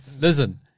Listen